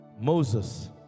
Moses